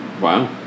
wow